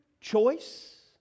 choice